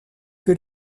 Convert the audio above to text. que